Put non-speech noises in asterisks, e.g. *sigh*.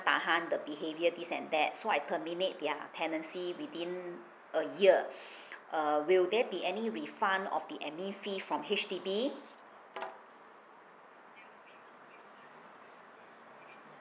tahan the behaviour this and that so I terminate their tenancy within a year *breath* err will there be any refund of the admin fee from H_D_B